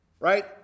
Right